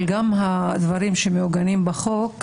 אבל גם הדברים שמעוגנים בחוק,